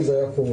זה היה קורה.